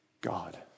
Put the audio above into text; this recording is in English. God